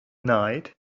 night